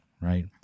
right